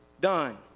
done